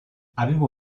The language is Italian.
avevo